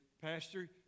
Pastor